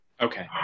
Okay